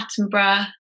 Attenborough